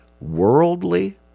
worldly